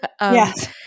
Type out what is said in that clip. yes